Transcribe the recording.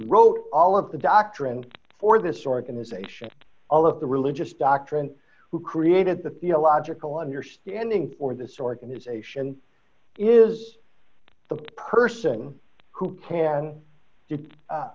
wrote all of the doctrine for this organization all of the religious doctrine who created the theological understanding or this organisation is the person who can d